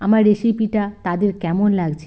আমার রেসিপিটা তাদের কেমন লাগছে